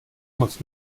moc